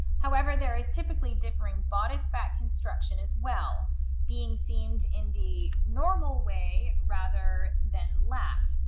however there is typically differing bodice back construction. as well being seamed in the normal way rather than lapped.